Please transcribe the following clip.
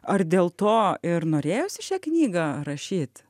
ar dėl to ir norėjosi šią knygą rašyt